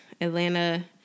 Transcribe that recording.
Atlanta